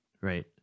right